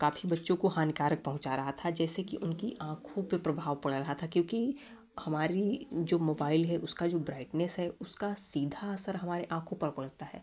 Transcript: काफ़ी बच्चों को हानिकारक पहुँचा रहा था जैसे कि उनकी आँखों पे प्रभाव पर रहा था क्योंकि जो मोबाईल है उसका जो ब्राइट्नेस है उसका सीधा असर हमारे आँखों पर पड़ता है